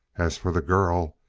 as for the girl,